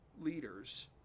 leaders